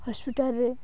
ହସ୍ପିଟାଲରେ